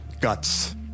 guts